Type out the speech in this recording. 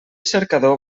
cercador